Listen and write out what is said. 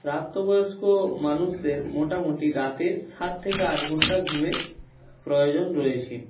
প্রাপ্ত বয়স্ক মানুষদের মোটামুটি রাতে সাত থেকে আট ঘন্টা ঘুমের প্রয়োজন রয়েছে